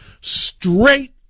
Straight